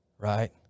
Right